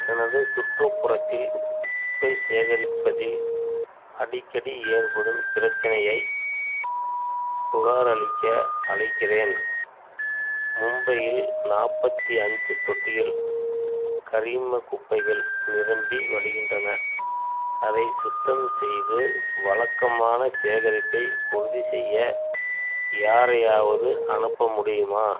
எனது சுற்றுப்புறத்தில் குப்பை சேகரிப்பதில் அடிக்கடி ஏற்படும் பிரச்சனையைப் புகார் அளிக்க அழைக்கிறேன் மும்பையில் நாற்பத்தி அஞ்சு தொட்டிகள் கரிம குப்பைகள் நிரம்பி வழிகின்றன அதை சுத்தம் செய்து வழக்கமான சேகரிப்பை உறுதிசெய்ய யாரையாவது அனுப்ப முடியுமா